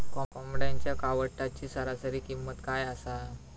कोंबड्यांच्या कावटाची सरासरी किंमत काय असा?